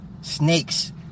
snakes